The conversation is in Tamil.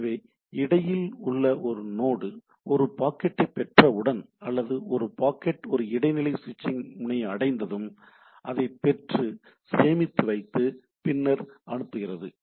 எனவே இடையில் உள்ள நோடு ஒரு பாக்கெட்டைப் பெற்றவுடன் அல்லது ஒரு பாக்கெட் ஒரு இடைநிலை சுவிட்ச்சிங் முனையை அடைந்ததும் அதைப் பெற்று சேமித்து வைத்து பின்னர் அனுப்புகிறது